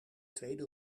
tweede